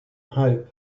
hope